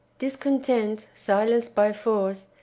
discontent, silenced by force,